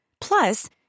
Plus